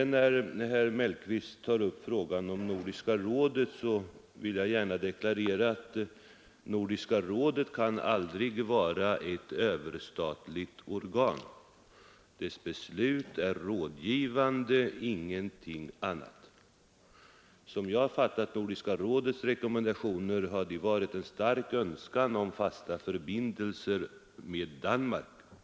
När herr Mellqvist tar upp frågan om Nordiska rådet vill jag gärna deklarera att Nordiska rådet kan aldrig vara ett överstatligt organ — dess beslut är rådgivande, ingenting annat. Som jag har fattat Nordiska rådets förslag och rekommendationer har de uteslutande varit uttryck för en stark önskan om fasta förbindelser med Danmark.